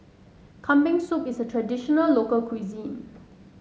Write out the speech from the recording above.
Kambing Soup is a traditional local cuisine